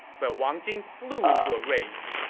but wang jing flew into a rage.